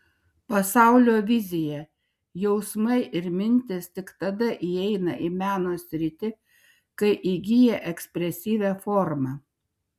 pasaulio vizija jausmai ir mintys tik tada įeina į meno sritį kai įgyja ekspresyvią formą